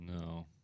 No